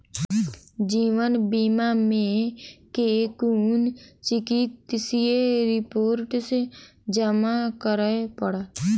जीवन बीमा मे केँ कुन चिकित्सीय रिपोर्टस जमा करै पड़त?